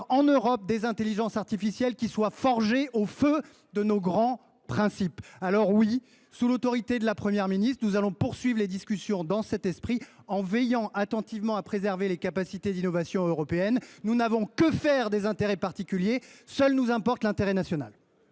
en Europe des intelligences artificielles forgées au feu de nos grands principes. Aussi, sous l’autorité de la Première ministre, nous poursuivrons les discussions dans cet esprit en veillant attentivement à préserver les capacités d’innovation européennes. Nous n’avons que faire des intérêts particuliers : seul nous importe l’intérêt national